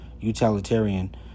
utilitarian